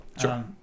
Sure